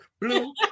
Blue